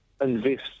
invest